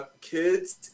kids